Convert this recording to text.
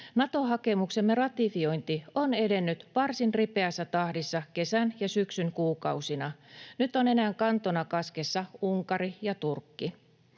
Nato-hakemuksemme ratifiointi on edennyt varsin ripeässä tahdissa kesän ja syksyn kuukausina. Nyt ovat enää kantona kaskessa Unkari ja Turkki.